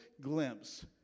glimpse